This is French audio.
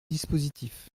dispositif